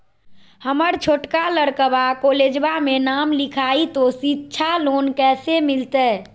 हमर छोटका लड़कवा कोलेजवा मे नाम लिखाई, तो सिच्छा लोन कैसे मिलते?